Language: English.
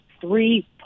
three